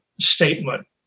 statement